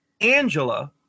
Angela